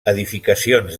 edificacions